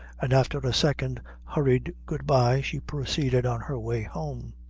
and after a second hurried good-bye, she proceeded on her way home.